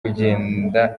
kugenda